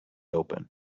open